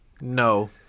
No